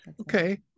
Okay